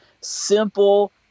Simple